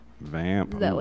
vamp